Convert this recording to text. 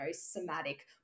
somatic